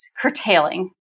curtailing